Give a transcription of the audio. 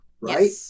right